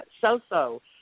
so-so